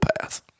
path